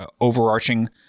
overarching